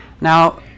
Now